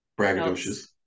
Braggadocious